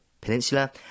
Peninsula